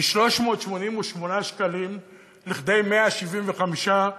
מ-388 שקלים ל-175,